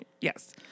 Yes